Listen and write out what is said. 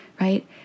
right